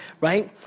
right